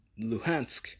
Luhansk